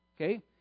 Okay